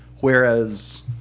Whereas